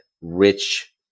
rich